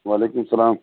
وعلیکُم اسلام